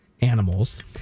animals